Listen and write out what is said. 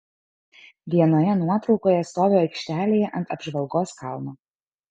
vienoje nuotraukoje stoviu aikštelėje ant apžvalgos kalno